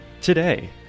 today